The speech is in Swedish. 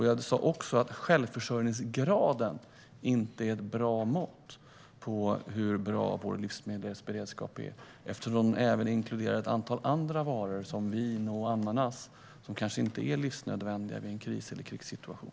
Jag sa också att självförsörjningsgraden inte är ett bra mått på hur bra vår livsmedelsberedskap är, eftersom den även inkluderar ett antal varor, till exempel vin och ananas, som kanske inte är livsnödvändiga vid en kris eller krissituation.